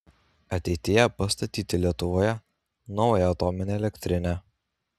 ateityje pastatyti lietuvoje naują atominę elektrinę